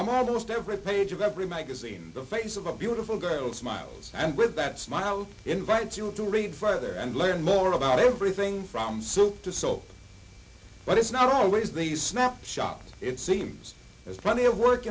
august every page of every magazine the face of a beautiful girl smiled and with that smile invites you to read further and learn more about everything from soup to salt but it's not always the snapshot it seems there's plenty of work